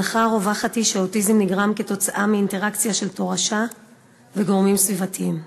ההנחה הרווחת היא שאוטיזם נגרם מתורשה וגורמים סביבתיים.